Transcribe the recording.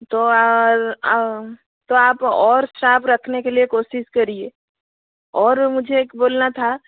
तो आप तो आप और शाप रखने के लिए कोशिश करिए और मुझे एक बोलना था